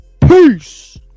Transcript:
Peace